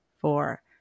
four